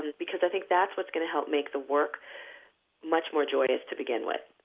because i think that's what's going to help make the work much more joyous to begin with.